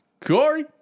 Corey